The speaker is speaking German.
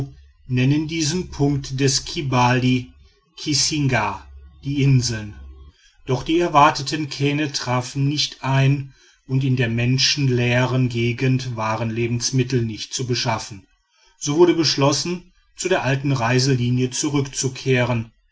nennen diesen punkt des kibali kissingah die inseln doch die erwarteten kähne trafen nicht ein und in der menschenleeren gegend waren lebensmittel nicht zu beschaffen so wurde beschlossen zu der alten reiselinie zurückzukehren